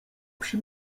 przy